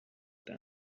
down